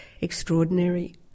extraordinary